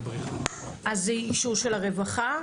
אז זה אישור של הרווחה?